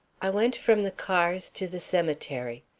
i went from the cars to the cemetery.